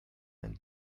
ein